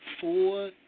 Four